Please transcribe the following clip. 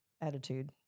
attitude